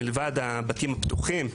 מלבד הבתים הפתוחים.